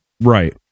Right